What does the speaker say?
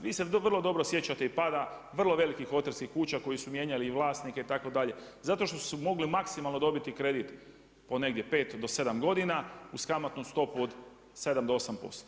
Vi se vrlo dobro sjećate i pada vrlo velikih hotelskih kuća koji su mijenjali i vlasnike itd. zato što su mogli maksimalno dobiti kredit po negdje 5 do 7 godina uz kamatnu stopu od 7 do 8%